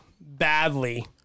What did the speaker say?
badly